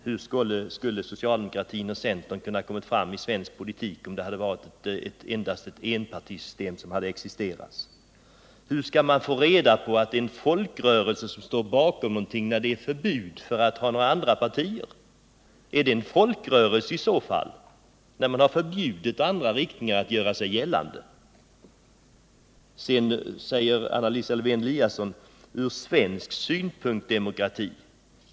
Hur skulle socialdemokratin och centern ha kunnat komma fram i svensk politik om endast ett enpartisystem hade existerat? Hur skall man få reda på att det är en folkrörelse som står bakom någonting när det är förbud mot att ha några andra partier? Är det en folkrörelse i så fall — när man har förbjudit andra riktningar att göra sig gällande? Sedan använder Anna Lisa Lewén-Eliasson uttrycket ”ur svensk synpunkt demokrati”.